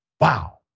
Wow